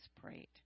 prayed